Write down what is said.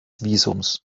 visums